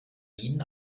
minen